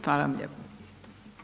Hvala vam lijepo.